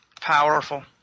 Powerful